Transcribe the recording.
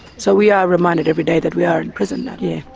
so we are reminded every day that we are in prison, yeah.